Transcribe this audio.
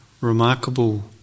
remarkable